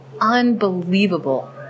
unbelievable